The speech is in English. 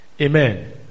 Amen